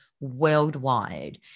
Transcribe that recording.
worldwide